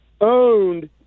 owned